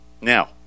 Now